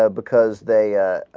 ah because they ah. ah.